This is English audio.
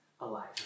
alive